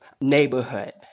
neighborhood